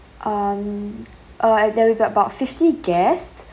um uh there'll be about fifty guests